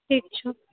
ठीक छौ